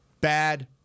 bad